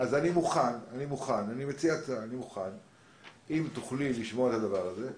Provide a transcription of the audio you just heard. לשמוע את זה,